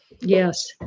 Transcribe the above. Yes